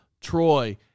Troy